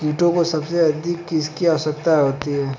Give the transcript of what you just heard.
कीटों को सबसे अधिक किसकी आवश्यकता होती है?